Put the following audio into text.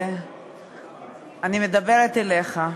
אני מדברת אליך.